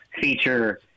feature